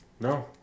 No